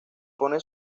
pone